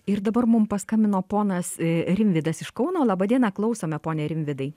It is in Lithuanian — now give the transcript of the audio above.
ir dabar mum paskambino ponas rimvydas iš kauno laba diena klausome pone rimvydai